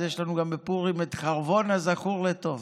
אז יש לנו בפורים גם את חרבונה הזכור לטוב